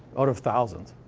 out of thousands.